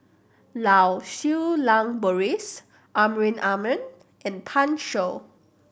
Lau Siew Lang Doris Amrin Amin and Pan Shou